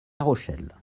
rochelle